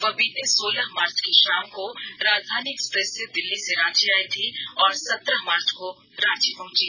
वह बीते सोलह मार्च की शाम को राजधानी एक्सप्रेस से दिल्ली से रांची आई थी और सत्रह मार्च को रांची पहंची